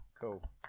Cool